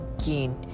again